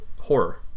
horror